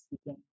speaking